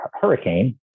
hurricane